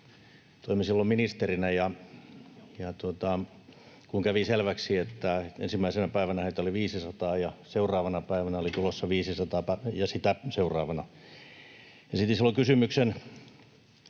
Toimin silloin ministerinä, ja kun kävi selväksi, että ensimmäisenä päivänä heitä oli 500 ja seuraavana päivänä oli tulossa 500 ja sitä seuraavana, niin esitin silloin kysymyksen